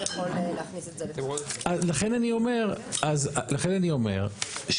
לכן אני אומר,